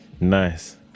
nice